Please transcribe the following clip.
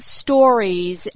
stories